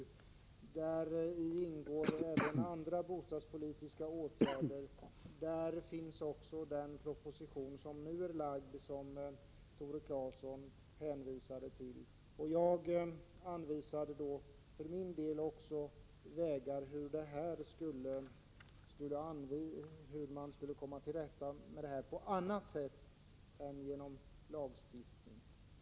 Där ingår nämligen andra bostadspolitiska åtgärder. Där finns också den proposition som nu har lagts fram och som Tore Claeson hänvisade till. I mitt inledningsanförande anvisade jag för min del också vägar att komma till rätta med de här problemen på annat sätt än genom lagstiftning.